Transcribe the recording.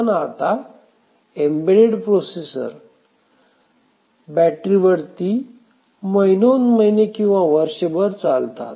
पण आता embedded processor battery वरती महिनोन् महिने किंवा वर्षभर चालतात